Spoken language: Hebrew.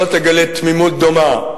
לא תגלה תמימות דומה.